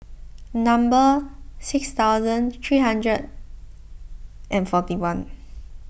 number six thousand three hundred and forty one